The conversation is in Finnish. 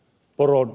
turun